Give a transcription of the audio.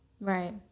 Right